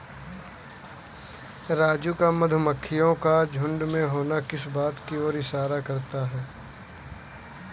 राजू मधुमक्खियों का झुंड में होना किस बात की ओर इशारा करता है?